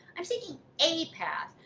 i am seeking a path,